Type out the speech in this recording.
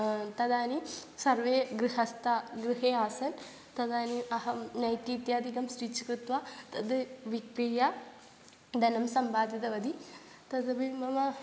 तदानीं सर्वे गृहस्थाः गृहे आसन् तदानीम् अहं नैटि इत्यादिकं स्टिच् कृत्वा तत् विक्रीय धनं सम्पादितवती तदपि मम